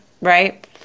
right